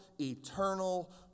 eternal